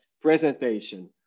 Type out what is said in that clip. presentation